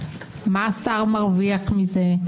מה השר מרוויח מזה.